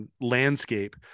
landscape –